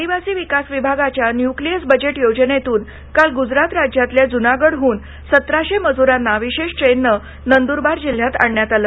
आदिवासी विकास विभागाच्या न्यूक्लिअस बजेट योजनेत्न काल ग्जरात राज्यातील जुनागड हून सतराशे मजुरांना विशेष ट्रेनने नंदुरबार जिल्ह्यात आणण्यात आले